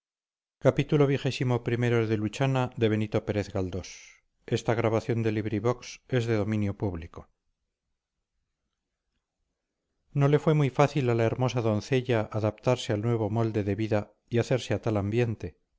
no le fue muy fácil a la hermosa doncella adaptarse al nuevo molde de vida y hacerse a tal ambiente